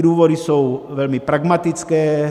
Důvody jsou velmi pragmatické.